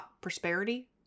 prosperity